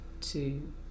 two